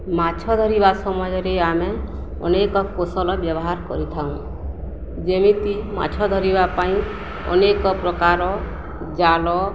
ମାଛ ଧରିବା ସମୟରେ ଆମେ ଅନେକ କୌଶଳ ବ୍ୟବହାର କରିଥାଉଁ ଯେମିତି ମାଛ ଧରିବା ପାଇଁ ଅନେକ ପ୍ରକାର ଜାଲ